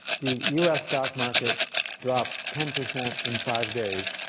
the us stock market dropped ten percent in five days.